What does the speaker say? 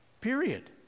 period